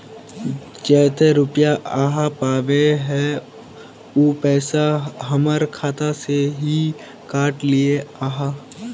जयते रुपया आहाँ पाबे है उ पैसा हमर खाता से हि काट लिये आहाँ?